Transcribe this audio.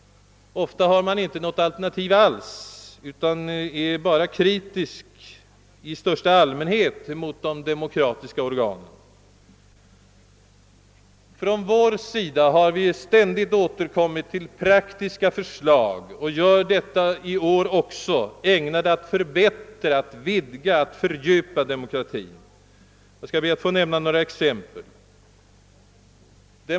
Ofta har man inte något alternativ alls, utan man är bara kritiskt inställd i största allmänhet mot de demokratiska Från vår sida har vi ständigt återkommit med praktiska förslag — och gör detta även i år — ägnade att för bättra, vidga och fördjupa demokratin. Jag skall ge några exempel på det.